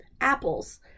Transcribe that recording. apples